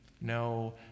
no